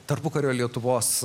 tarpukario lietuvos